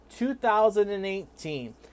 2018